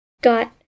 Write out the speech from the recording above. got